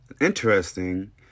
interesting